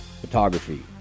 photography